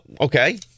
Okay